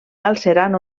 galceran